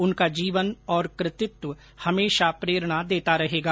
उनका जीवन और कृतित्व हमेशा प्रेरणा देता रहेगा